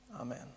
amen